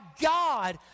God